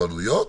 ותורנויות,